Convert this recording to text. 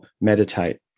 meditate